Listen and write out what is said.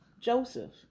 Joseph